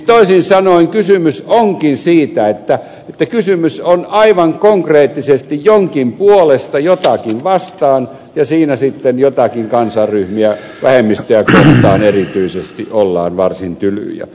toisin sanoen kysymys onkin siitä että kysymys on aivan konkreettisesti jonkin puolesta jotakin vastaan ja siinä sitten joitakin kansanryhmiä vähemmistöjä kohtaan erityisesti ollaan varsin tylyjä